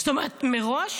זאת אומרת, מראש